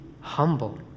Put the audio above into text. humble